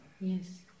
Yes